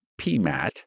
PMAT